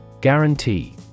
Guarantee